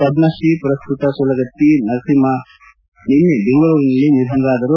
ಪದ್ಮಶ್ರೀ ಪುರಸ್ಪತ ಸೂಲಗಿತ್ತಿ ನರಸಮ್ನ ನಿನ್ನೆ ಬೆಂಗಳೂರಿನಲ್ಲಿ ನಿಧನರಾದರು